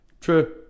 True